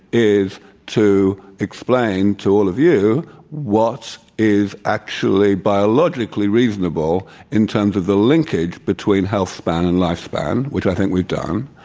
is to explain to all of you what is actually biologically reasonable, in terms of the linkage between health span and lifespan, which i think we've done.